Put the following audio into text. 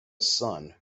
son